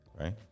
right